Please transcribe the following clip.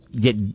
get